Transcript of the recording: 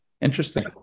interesting